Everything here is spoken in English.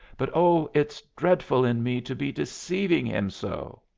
but, oh, it's dreadful in me to be deceiving him so!